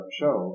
show